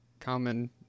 common